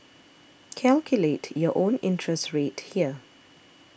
calculate your own interest rate here